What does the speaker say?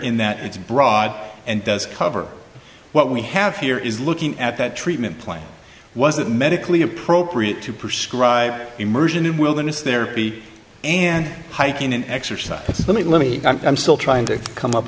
in that it's broad and does cover what we have here is looking at that treatment plan was it medically appropriate to prescribe immersion in wilderness therapy and hiking and exercise let me let me i'm still trying to come up